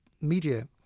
media